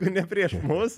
ne prieš mus